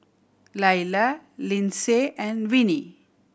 Laila Linsey and Vinnie